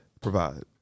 provide